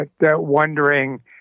wondering